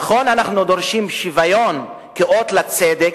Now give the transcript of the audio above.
נכון, אנחנו דורשים שוויון, כאות לצדק,